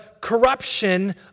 corruption